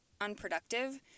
unproductive